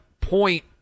point